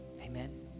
amen